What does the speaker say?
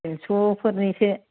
थिनस' फोरनिसो